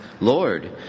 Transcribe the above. Lord